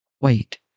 Wait